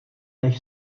než